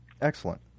Excellent